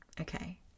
Okay